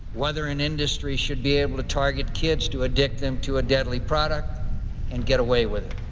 whether an industry should be able to target kids to addict them to a deadly product and get away with